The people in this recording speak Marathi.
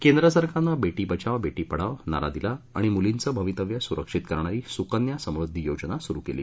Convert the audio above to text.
केंद्र सरकारनं बेटी बचाओ बेटी पढाओ अहा नारा दिला आणि मुलींचं भवितव्य सुरक्षित करणारी सुकन्या समृद्धी योजना सुरु केली